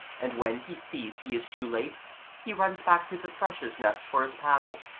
and when he sees he is too late he runs back to the thrush's nest for his paddle,